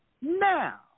now